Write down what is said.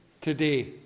today